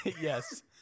Yes